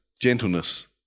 gentleness